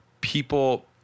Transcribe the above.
people